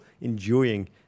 enjoying